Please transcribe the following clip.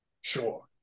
Sure